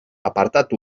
apartat